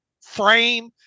frame